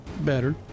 Better